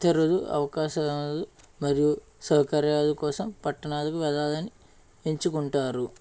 ఇతరులు అవకాశాలు మరియు సౌకర్యాల కోసం పట్టణాలకు వెళ్ళాలని ఎంచుకుంటారు